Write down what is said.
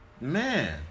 Man